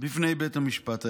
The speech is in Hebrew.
בפני בית המשפט העליון.